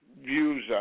views